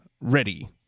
ready